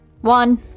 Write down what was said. One